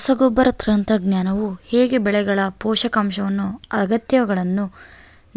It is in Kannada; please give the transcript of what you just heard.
ರಸಗೊಬ್ಬರ ತಂತ್ರಜ್ಞಾನವು ಹೇಗೆ ಬೆಳೆಗಳ ಪೋಷಕಾಂಶದ ಅಗತ್ಯಗಳನ್ನು